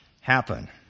happen